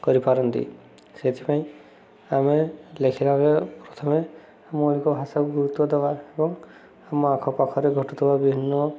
କରିପାରନ୍ତି ସେଥିପାଇଁ ଆମେ ଲେଖିଲା ବେଳେ ପ୍ରଥମେ ଆମ ଏକ ଭାଷାକୁ ଗୁରୁତ୍ୱ ଦେବା ଏବଂ ଆମ ଆଖପାଖରେ ଘଟୁଥିବା ଭଭିନ୍ନ